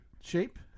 shape